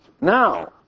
Now